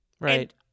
Right